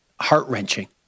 heart-wrenching